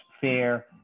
fair